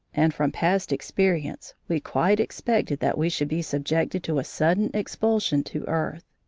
and from past experience we quite expected that we should be subjected to a sudden expulsion to earth.